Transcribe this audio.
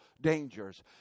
dangers